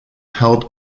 held